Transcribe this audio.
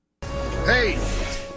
hey